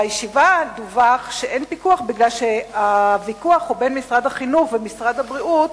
בישיבה דווח שאין פיקוח בגלל שיש ויכוח בין משרד החינוך למשרד הבריאות